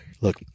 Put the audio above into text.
look